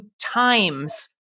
times